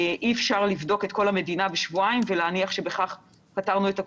אי-אפשר לבדוק את כל המדינה בשבועיים ולהניח שבכך פתרנו את הקורונה,